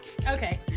okay